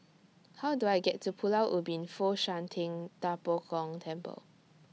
How Do I get to Pulau Ubin Fo Shan Ting DA Bo Gong Temple